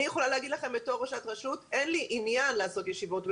אני יכולה להגיד לכם כראשת רשות שאין לי עניין לעשות ישיבות מרחוק.